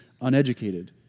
uneducated